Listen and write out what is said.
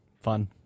fun